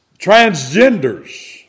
transgenders